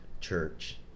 church